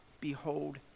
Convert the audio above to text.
behold